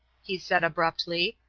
he said, abruptly,